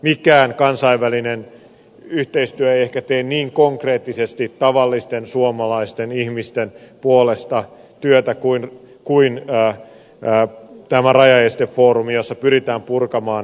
mikään kansainvälinen yhteistyö ei ehkä toimi niin konkreettisesti tavallisten suomalaisten ihmisten puolesta kuin tämä rajaestefoorumi jossa pyritään purkamaan esteitä